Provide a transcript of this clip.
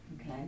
Okay